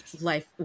life